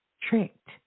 tricked